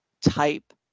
type